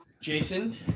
Jason